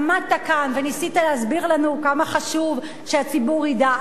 עמדת כאן וניסית להסביר לנו כמה חשוב שהציבור ידע.